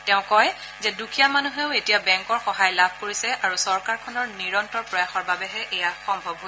তেওঁ কয় যে দুখীয়া মানুহেও এতিয়া বেংকৰ সহায় লাভ কৰিছে আৰু চৰকাৰখনৰ নিৰন্তৰ প্ৰয়াসৰ বাবেহে এয়া সম্ভৱ হৈছে